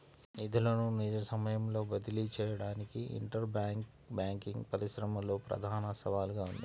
నిధులను నిజ సమయంలో బదిలీ చేయడానికి ఇంటర్ బ్యాంక్ బ్యాంకింగ్ పరిశ్రమలో ప్రధాన సవాలుగా ఉంది